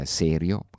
serio